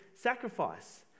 sacrifice